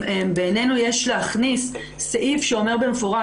בעינינו יש להכניס סעיף שאומר במפורש